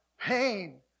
pain